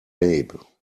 babe